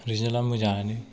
result आ मोजाङानो